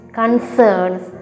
concerns